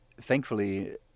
thankfully